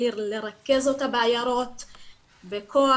לרכז אותה בעיירות בכוח,